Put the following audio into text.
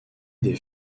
des